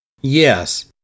Yes